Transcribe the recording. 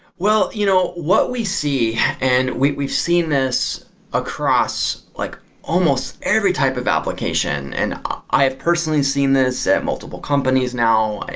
well, you know what we see, and we've seen this across like almost every type of application. and ah i have personally seen this at multiple companies now.